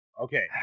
Okay